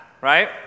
right